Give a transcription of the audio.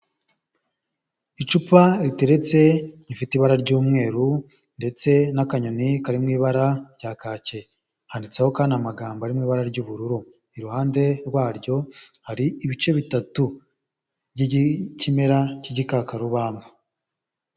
Icupa riteretse rifite ibara ry'umweru ndetse n'akanyoni kari mu ibara rya kake, handitseho kandi amagambo ari mu ibara ry'ubururu. Iruhande rwaryo hari ibice bitatu by'ikimera cy'ikakarubamba.